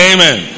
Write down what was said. Amen